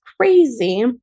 crazy